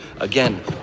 Again